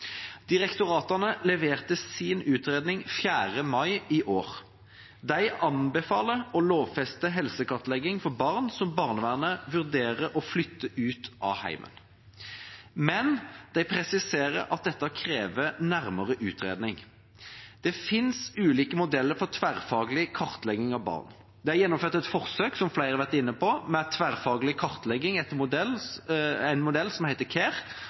Direktoratene leverte sin utredning 4. mai i år. De anbefaler å lovfeste helsekartlegging for barn som barnevernet vurderer å flytte ut av hjemmet. Men de presiserer at dette krever nærmere utredning. Det finnes ulike modeller for tverrfaglig kartlegging av barn. Det er gjennomført et forsøk, som flere har vært inne på, med tverrfaglig kartlegging etter en modell som heter